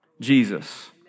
Jesus